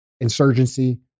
insurgency